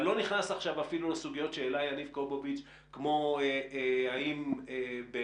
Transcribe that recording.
ואני לא נכנס עכשיו אפילו לסוגיות שהעלה יניב קובוביץ' כמו האם באמת